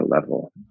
level